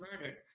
murdered